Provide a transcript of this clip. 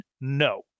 No